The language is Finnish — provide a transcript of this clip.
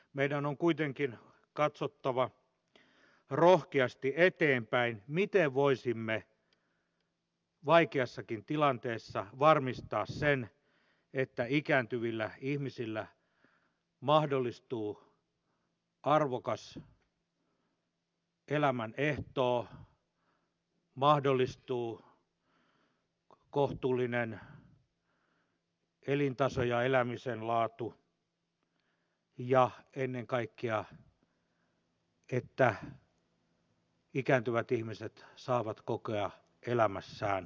meidän on kuitenkin katsottava rohkeasti eteenpäin miten voisimme vaikeassakin tilanteessa varmistaa sen että ikääntyvillä ihmisillä mahdollistuu arvokas elämän ehtoo mahdollistuu kohtuullinen elintaso ja elämisen laatu ja ennen kaikkea mahdollistuu se että ikääntyvät ihmiset saavat kokea elämässään arvokkuutta